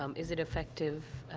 um is it effective,